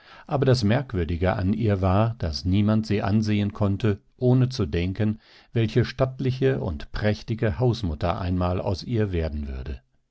aber das merkwürdige an ihr war daß niemand sie ansehen konnte ohne zu denken welche stattliche und prächtige hausmutter einmal aus ihr werden würde